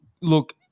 Look